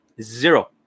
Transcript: Zero